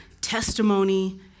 testimony